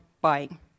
buying